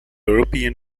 european